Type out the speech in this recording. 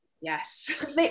yes